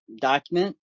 document